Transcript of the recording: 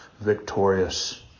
victorious